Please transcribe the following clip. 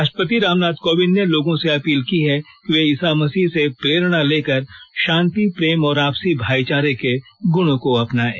राष्ट्रपति रामनाथ कोविंद ने लोगों से अपील की है कि वे ईसा मसीह से प्रेरणा लेकर शांति प्रेम और आपसी भाई चारे के गुणों को अपनाएं